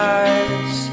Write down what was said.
eyes